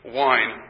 wine